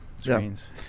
screens